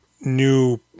new